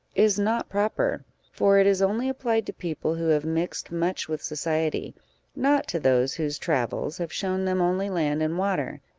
is not proper for it is only applied to people who have mixed much with society not to those whose travels have shown them only land and water.